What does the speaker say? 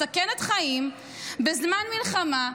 מסכנת חיים בזמן מלחמה,